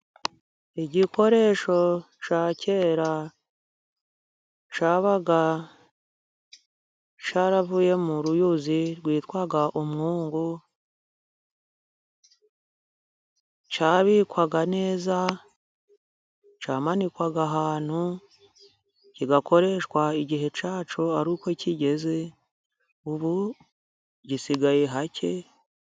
Igikoresho cya kera cyabaga cyaravuye mu ruyuzi rwitwaga umwungu. Cyabikwaga neza, cyamanikwaga ahantu kigakoreshwa igihe cyacyo ari uko kigeze, ubu gisigaye hake.